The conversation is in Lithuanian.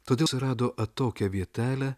todėl surado atokią vietelę